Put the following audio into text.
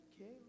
okay